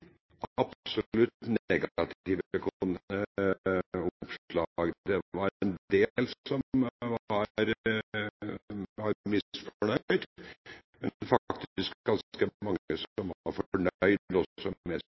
absolutt bare negative oppslag. Det var en del som var misfornøyd, men det var også faktisk ganske mange